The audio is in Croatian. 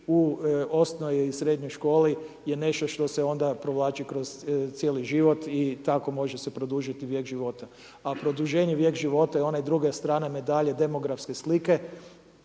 u osnovnoj i srednjoj školi je nešto što se onda provlači kroz cijeli život i tako se može produžiti vijek života. A produženje vijeka života je ona druga strana medalje demografske slike,